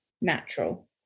natural